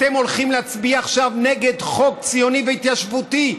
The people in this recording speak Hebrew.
אתם הולכים להצביע עכשיו נגד חוק ציוני והתיישבותי.